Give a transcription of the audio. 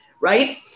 right